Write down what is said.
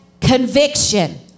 conviction